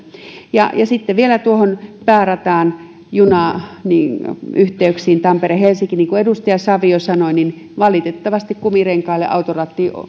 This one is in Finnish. kenttää sitten vielä tuohon päärataan junayhteyksiin tampere helsinki niin kuin edustaja savio sanoi valitettavasti useat joutuvat kumirenkaille auton rattiin